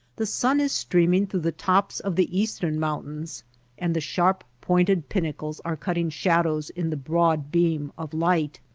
the sun is streaming through the tops of the eastern mountains and the sharp pointed pinnacles are cutting shadows in the broad beam of light.